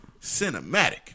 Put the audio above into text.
cinematic